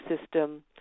system